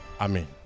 Amen